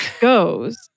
goes